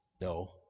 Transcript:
no